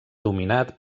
dominat